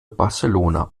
barcelona